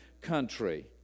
country